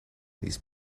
these